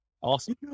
Awesome